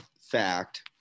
Fact